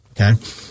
Okay